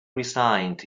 resigned